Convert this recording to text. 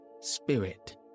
spirit